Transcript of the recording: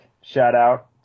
shout-out